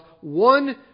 one